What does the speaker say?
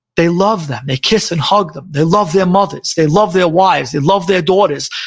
they love them. they kiss and hug them. they love their mothers, they love their wives, they love their daughters.